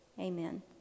amen